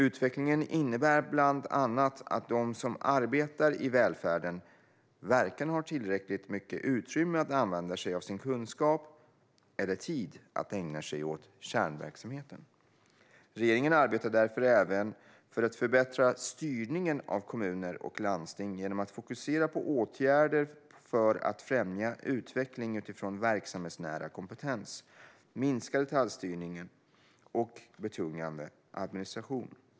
Utvecklingen innebär bland annat att de som arbetar i välfärden varken har tillräckligt mycket utrymme att använda sig av sin kunskap eller tid att ägna sig åt kärnverksamheten. Regeringen arbetar därför även för att förbättra styrningen av kommuner och landsting genom att fokusera på åtgärder för att främja utveckling utifrån verksamhetsnära kompetens, minska detaljstyrning och betungande administration.